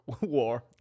war